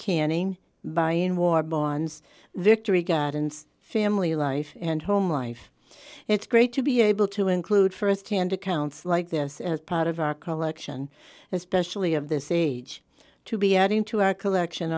canning by in war bonds victory gardens family life and home life it's great to be able to include st hand accounts like this as part of our collection especially of this age to be adding to our collection